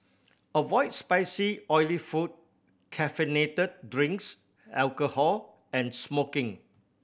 avoid spicy oily food caffeinated drinks alcohol and smoking